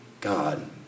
God